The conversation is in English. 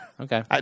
Okay